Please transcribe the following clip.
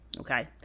okay